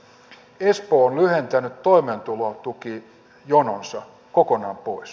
espoo on lyhentänyt toimeentulotukijononsa kokonaan pois